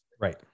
Right